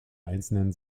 einzelnen